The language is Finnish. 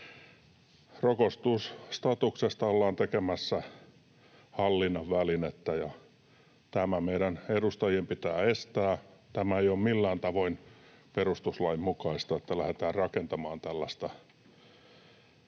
Rokotusstatuksesta ollaan tekemässä hallinnan välinettä, ja tämä meidän edustajien pitää estää. Tämä ei ole millään tavoin perustuslain mukaista, että lähdetään rakentamaan tällaista